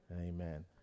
Amen